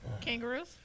Kangaroos